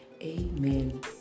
amen